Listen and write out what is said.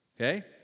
okay